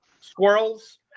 squirrels